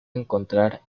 encontrar